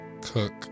cook